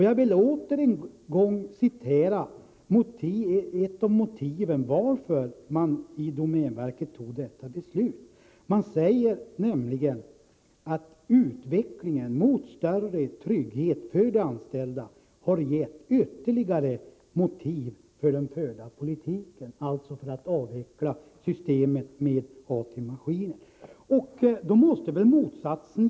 Jag vill än en gång upprepa motivet till att domänverket fattade detta beslut. Man säger nämligen att utvecklingen mot större trygghet för de anställda har gett ytterligare motiv för den förda politiken, dvs. att avveckla systemet med arbetstagaroch entreprenörägda maskiner.